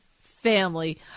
family